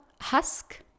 husk